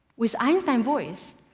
with einstein voice,